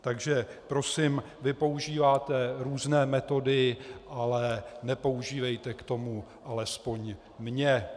Takže prosím, vy používáte různé metody, ale nepoužívejte k tomu alespoň mne.